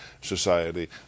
society